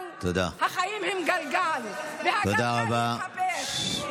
אבל החיים הם גלגל, והגלגל מתהפך.